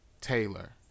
Taylor